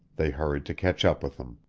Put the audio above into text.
they hurried to catch up with them.